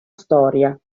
storia